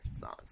songs